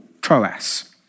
Troas